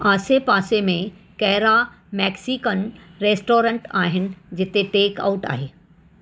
आसे पासे में कहिड़ा मेक्सिकन रेस्टोरेंट आहिनि जिते टेक आउट आहे